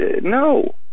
no